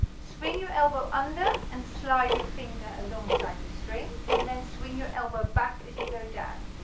swing your elbow under and slide your finger alongside the string and then swing your elbow back as you go down,